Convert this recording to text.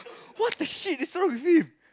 what the shit is wrong with him